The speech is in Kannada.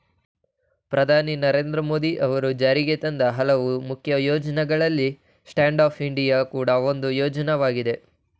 ಪ್ರಧಾನಿ ನರೇಂದ್ರ ಮೋದಿ ಅವರು ಜಾರಿಗೆತಂದ ಹಲವು ಪ್ರಮುಖ ಯೋಜ್ನಗಳಲ್ಲಿ ಸ್ಟ್ಯಾಂಡ್ ಅಪ್ ಇಂಡಿಯಾ ಕೂಡ ಒಂದು ಯೋಜ್ನಯಾಗಿದೆ